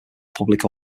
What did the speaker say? public